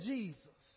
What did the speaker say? Jesus